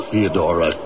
Theodora